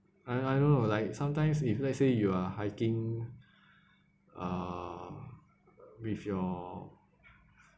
I I don't know like sometimes if let's say you are hiking uh with your